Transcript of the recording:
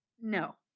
No